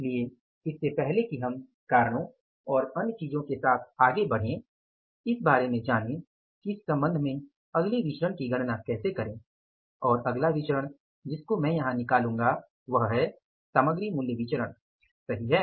इसलिए इससे पहले कि हम कारणों और अन्य चीजों के साथ आगे बढ़ें इस बारे में जानें कि इस संबंध में अगले विचरण की गणना कैसे करें और अगला विचरण जिसको मैं यहां निकालूँगा वह है सामग्री मूल्य विचरण सही है